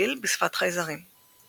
ותרגיל בשפת חייזרים .